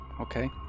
Okay